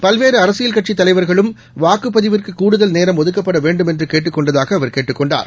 பல்வேறுஅரசியல் கட்சிதலைவர்களும் வாக்குபதிவிற்குகூடுதல் நேரம் ஒதுக்கப்படவேண்டும் என்றுகேட்டுக்கொண்டதாகஅவர் கேட்டுக்கொண்டார்